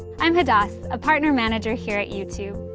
i'm hadas, a partner manager here at youtube.